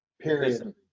Period